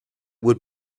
would